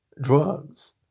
drugs